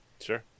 sure